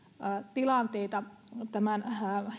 tilanteita tämän